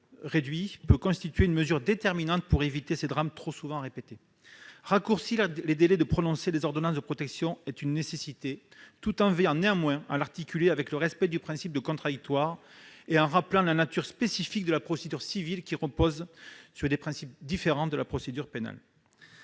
réduit peuvent constituer une mesure déterminante pour éviter ces drames trop souvent répétés. Raccourcir les délais de prononcé des ordonnances de protection est une nécessité, tout en veillant à l'articuler avec le respect du principe du contradictoire et en rappelant la nature spécifique de la procédure civile, qui repose sur des principes différents de la procédure pénale.